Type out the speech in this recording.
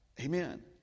Amen